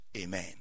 Amen